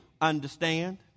understand